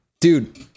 dude